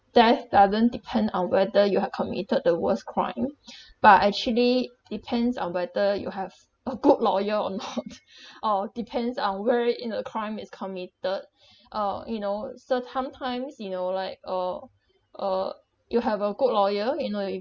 death doesn't depend on whether you have committed the worst crime but actually depends on whether you have a good lawyer or not or depends on where it in a crime is committed uh you know so sometimes you know like uh uh you have a good lawyer you know you